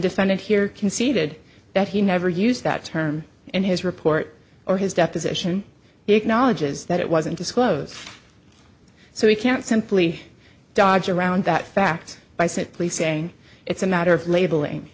defendant here conceded that he never used that term in his report or his deposition acknowledges that it wasn't disclosed so we can't simply dodge around that fact by simply saying it's a matter of labeling